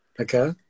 okay